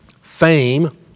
fame